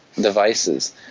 Devices